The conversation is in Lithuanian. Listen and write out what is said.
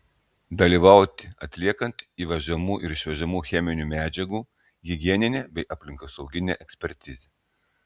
dalyvauti atliekant įvežamų ir išvežamų cheminių medžiagų higieninę bei aplinkosauginę ekspertizę